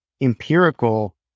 empirical